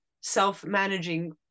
self-managing